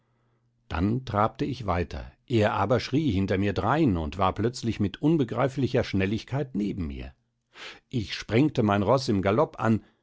dann trabte ich weiter er aber schrie hinter mir drein und war plötzlich mit unbegreiflicher schnelligkeit neben mir ich sprengte mein roß im galopp an